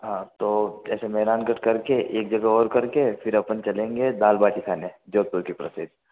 हाँ तो जैसे मेहरानगढ़ कर के एक जगह और कर के फिर अपन चलेंगे दाल बाटी खाने जोधपुर के प्रसिद्ध